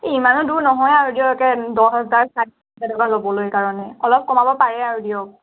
এই ইমানো দূৰ নহয় আৰু দিয়ক একে দহ হেজাৰ তেনেকুৱা ল'বলৈ কাৰণে অলপ কমাব পাৰে আৰু দিয়ক